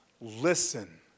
listen